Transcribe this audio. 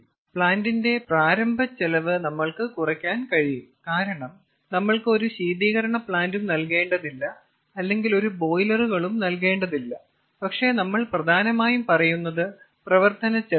പ്ലാന്റിന്റെ പ്രാരംഭ ചെലവ് നമ്മൾക്ക് കുറക്കാൻ കഴിയും കാരണം നമ്മൾക്ക് ഒരു ശീതീകരണ പ്ലാന്റും നൽകേണ്ടതില്ല അല്ലെങ്കിൽ ഒരു ബോയിലറുകളും നൽകേണ്ടതില്ല പക്ഷേ നമ്മൾ പ്രധാനമായും പറയുന്നത് പ്രവർത്തനച്ചെലവാണ്